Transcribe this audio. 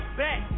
back